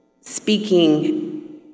speaking